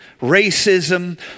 racism